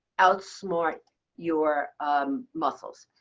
outsmart your muscles.